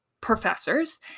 professors